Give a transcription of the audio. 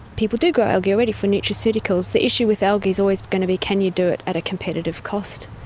people do grow algae already for nutraceuticals. the issue with algae is always going to be can you do it at a competitive cost.